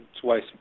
twice